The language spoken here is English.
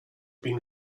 been